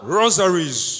rosaries